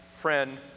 friend